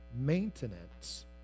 maintenance